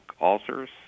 ulcers